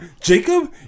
Jacob